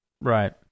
Right